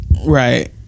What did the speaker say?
right